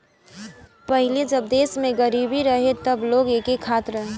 पहिले जब देश में गरीबी रहे तब लोग एके खात रहे